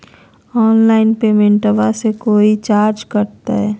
Online पेमेंटबां मे कोइ चार्ज कटते?